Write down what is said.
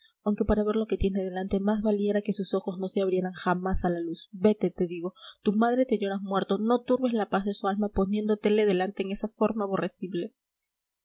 aunque para ver lo que tiene delante más valiera que sus ojos no se abrieran jamás a la luz vete te digo tu madre te llora muerto no turbes la paz de su alma poniéndotele delante en esa forma aborrecible